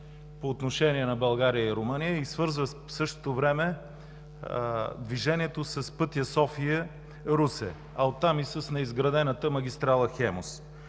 по отношение на България и Румъния и свързва в същото време движението с пътя София – Русе, а оттам с неизградената магистрала „Хемус”.